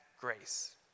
grace